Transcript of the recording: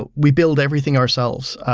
but we build everything ourselves.